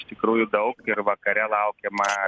iš tikrųjų daug ir vakare laukiama